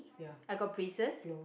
I got braces